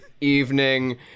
evening